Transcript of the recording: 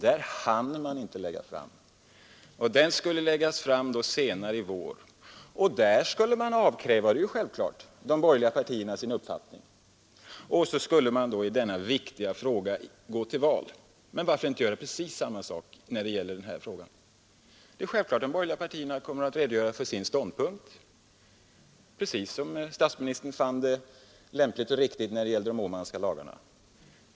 Där hinner man inte nu lägga fram förslag; den propositionen skall läggas fram senare i vår. Och i den frågan skall man — det är ju självklart — avkräva de borgerliga partierna besked om deras uppfattning, och så skall väljarna i valet få ta ställning till denna viktiga fråga. Varför inte göra på samma sätt i den nu aktuella frågan? De borgerliga partierna kommer naturligtvis att redogöra för sina ståndpunkter, precis som statsministern fann det lämpligt och riktigt när det gäller de Åmanska lagarna.